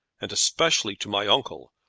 and especially to my uncle,